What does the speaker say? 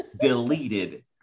deleted